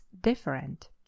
different